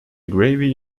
gravy